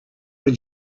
were